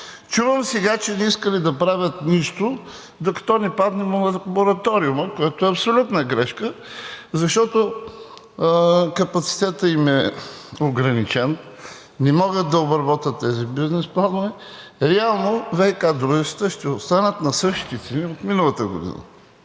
Чувам сега, че не искали да правят нищо, докато не падне мораториумът, което е абсолютна грешка, защото капацитетът им е ограничен, не могат да обработят тези бизнес планове и реално ВиК дружествата ще останат на същите цени от миналата година.